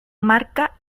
marca